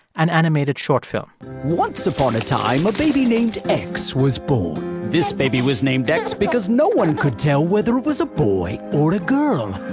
an animated short film once upon a time, a baby named x was born. this baby was named x because no one could tell whether it was a boy or girl.